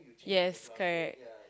yes correct